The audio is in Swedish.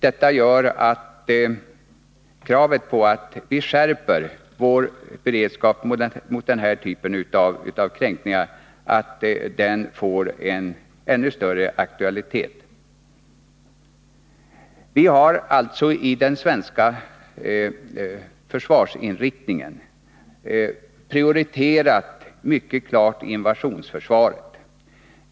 Detta gör att kravet på att vi skall skärpa vår beredskap mot den här typen av kränkningar får ännu större aktualitet. Vi har alltså i den svenska försvarsinriktningen mycket klart prioriterat invasionsförsvaret.